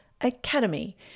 Academy